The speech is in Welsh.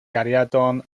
gariadon